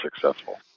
successful